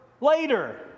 later